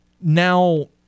Now